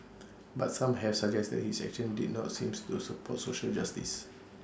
but some have suggested his actions did not seem to support social justice